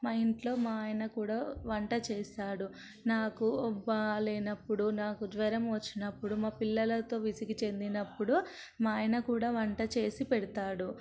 మా ఇంట్లో మా ఆయన కూడా వంట చేస్తాడు నాకు బాగాలేనప్పుడు నాకు జ్వరం వచ్చినప్పుడు మా పిల్లలతో విసుగుచెందినప్పుడు మా ఆయన కూడా వంట చేసి పెడతాడు